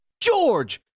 George